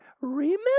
remember